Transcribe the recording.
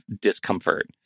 discomfort